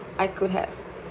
I could have